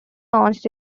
launched